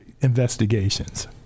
investigations